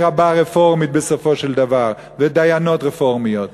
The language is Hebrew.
רבה רפורמית בסופו של דבר ודיינות רפורמיות.